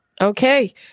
Okay